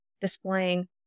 displaying